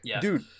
Dude